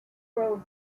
grow